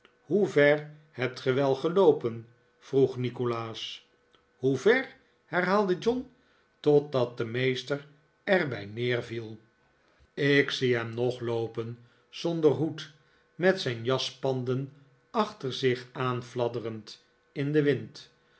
ver hebt ge wel geloopen vroeg nikolaas hoe ver herhaalde john totdat de meester er bij neerviel ik zie hem nog loopen zonder hoed met zijn jaspanden achter zich aan fladderend in den wind